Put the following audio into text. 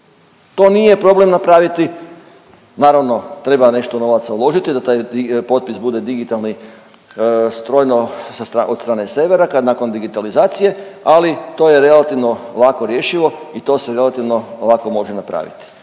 To nije problem napraviti, naravno treba nešto novaca uložiti da taj potpis bude digitalni strojno sa strane, od strane servera kad nakon digitalizacije, ali to je relativno lako rješivo i to se relativno lako može napraviti.